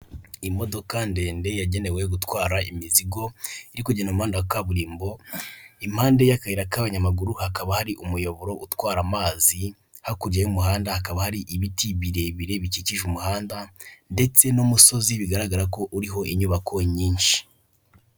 Imodoka ndende yagenewe gutwara imizigo iriku kugend mu muhanda wa kaburimbo impande y'akayira k'abanyamaguru hakaba hari umuyoboro utwara amazi, hakurya y'umuhanda hakaba hari ibiti birebire bikikije umuhanda ndetse n'umusozi bigaragara ko uriho inyubako nyinshi.